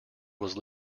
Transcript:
was